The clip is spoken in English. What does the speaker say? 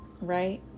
right